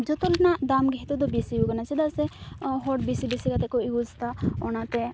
ᱡᱚᱛᱚᱨᱮᱱᱟᱜ ᱫᱟᱢ ᱜᱮ ᱱᱤᱛᱚᱫ ᱫᱚ ᱵᱤᱥᱤᱭᱟᱠᱟᱱᱟ ᱪᱮᱫᱟᱜ ᱥᱮ ᱦᱚᱲ ᱵᱤᱥᱤ ᱵᱤᱥᱤ ᱠᱟᱛᱮᱫ ᱠᱚ ᱤᱭᱩᱡᱽᱫᱟ ᱚᱱᱟᱛᱮ